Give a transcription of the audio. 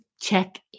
check